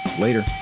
Later